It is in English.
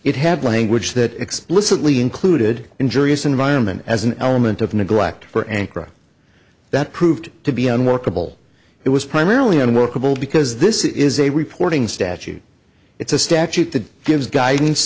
it had language that explicitly included injurious environment as an element of neglect for ankara that proved to be unworkable it was primarily unworkable because this is a reporting statute it's a statute that gives guidance